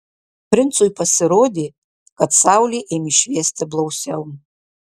princui pasirodė kad saulė ėmė šviesti blausiau